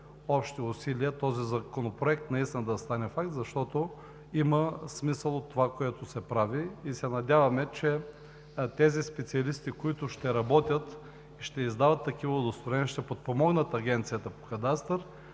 общи усилия този законопроект наистина да стане факт, защото има смисъл от това, което се прави. Надяваме се, че специалистите, които ще работят, ще издават удостоверения и ще подпомагат Агенцията по кадастър,